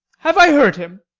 have i hurt him?